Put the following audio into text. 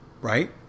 right